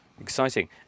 Exciting